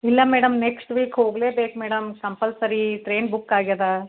ಇಲ್ಲ madam next week ಹೋಗ್ಲೇಬೇಕು madam compulsory train ಬುಕ್ಕಾಗಿದೆ